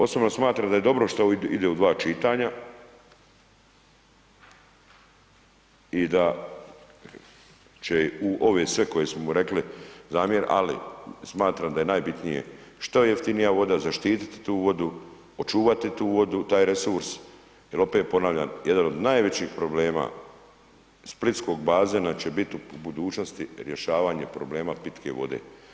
Osobno smatram da je dobro šta ovi ide u dva čitanja i da će u ove sve koje smo rekli zamjer, ali smatram da je najbitnije što jeftinija voda, zaštititi tu vodu, očuvati tu vodu, taj resurs, jer opet ponavljam jedan od najvećih problema splitskog bazena će biti u budućnosti rješavanje problema pitke vode.